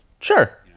Sure